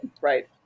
right